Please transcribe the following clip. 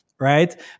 right